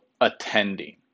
attending